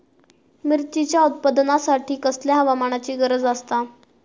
मिरचीच्या उत्पादनासाठी कसल्या हवामानाची गरज आसता?